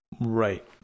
Right